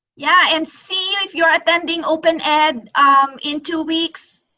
yeah, and see if you're attending open ed in two weeks.